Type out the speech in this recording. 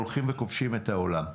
הולכים וכובשים את העולם.